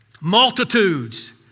Multitudes